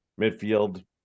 midfield